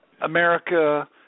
America